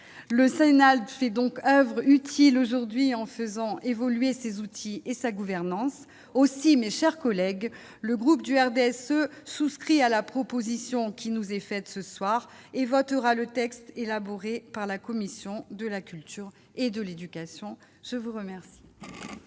le Sénat l'du fait donc oeuvre utile aujourd'hui en faisant évoluer ses outils et sa gouvernance aussi, mes chers collègues, le groupe du RDSE souscrit à la proposition qui nous est faite ce soir et votera le texte élaboré par la commission de la culture et de l'éducation ce vous remercie.